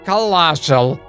colossal